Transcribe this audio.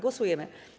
Głosujemy.